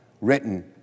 written